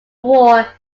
war